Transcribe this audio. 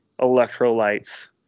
electrolytes